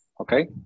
Okay